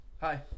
hi